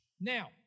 Now